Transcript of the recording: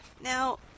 Now